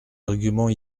arguments